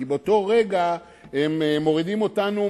כי באותו רגע הם מורידים אותנו,